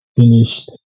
finished